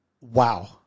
wow